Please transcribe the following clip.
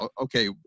okay